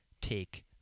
take